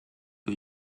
que